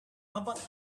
about